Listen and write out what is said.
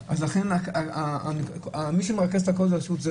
אז מי שמרכז את הכול, זה רשות האוכלוסין.